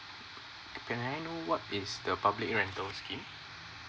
can I know what is the public rental scheme